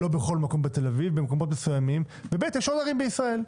לא בכל מקום שם בעיקר במקומות מסוימים ויש עוד ערים בישראל.